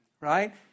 Right